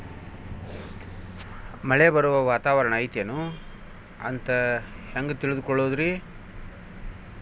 ಮಳೆ ಬರುವ ವಾತಾವರಣ ಐತೇನು ಅಂತ ಹೆಂಗ್ ತಿಳುಕೊಳ್ಳೋದು ರಿ?